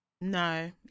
No